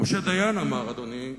משה דיין אמר, אדוני,